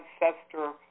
ancestor